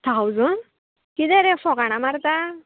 thousand किदें फकाणां मारता